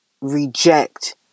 reject